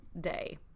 day